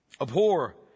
Abhor